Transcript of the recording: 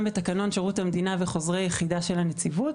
גם בתקנון שירות המדינה וחוזרי היחידה של הנציבות